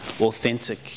authentic